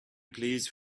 please